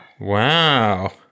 Wow